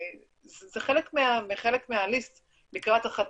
זה חלק מהרשימה לקראת החתונה.